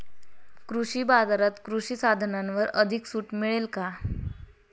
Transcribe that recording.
कृषी बाजारात कृषी साधनांवर अधिक सूट मिळेल का?